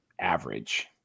average